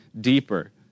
deeper